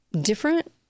different